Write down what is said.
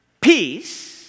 peace